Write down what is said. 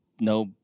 no